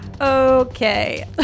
okay